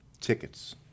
Tickets